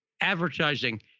advertising